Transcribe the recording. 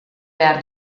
behar